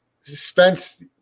Spence